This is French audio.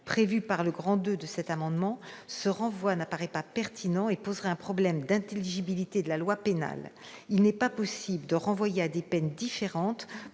prévues par l'article 433-5 du code pénal, il n'apparaît pas pertinent et poserait un problème d'intelligibilité de la loi pénale. Il n'est pas possible de renvoyer à des peines différentes